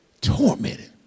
tormented